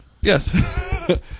Yes